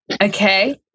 okay